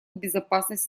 безопасность